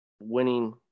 winning